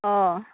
अ